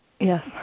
Yes